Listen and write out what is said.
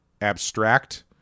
abstract